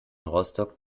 rostock